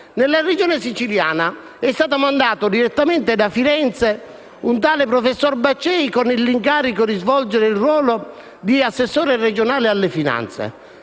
nella Regione siciliana? È stato mandato direttamente da Firenze un tale professor Baccei con l'incarico di svolgere il ruolo di assessore regionale alle finanze.